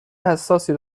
حساسی